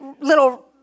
little